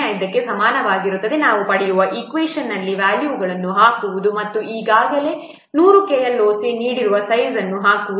05 ಕ್ಕೆ ಸಮಾನವಾಗಿರುತ್ತದೆ ನಾವು ಪಡೆಯುವ ಈಕ್ವೇಷನ್ನಲ್ಲಿ ವ್ಯಾಲ್ಯೂಗಳನ್ನು ಹಾಕುವುದು ಮತ್ತು ಈಗಾಗಲೇ 100 KLOC ನೀಡಿರುವ ಸೈಜ್ ಅನ್ನು ಹಾಕುವುದು